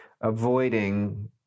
avoiding